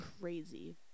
crazy